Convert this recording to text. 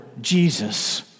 Jesus